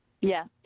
Yes